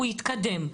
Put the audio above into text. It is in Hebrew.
הוא יתקדם,